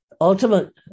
ultimate